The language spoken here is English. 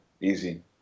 easy